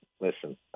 listen